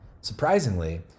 Surprisingly